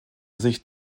sich